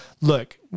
Look